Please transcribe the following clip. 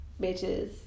bitches